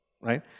Right